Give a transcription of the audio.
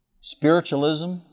spiritualism